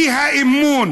אי- האמון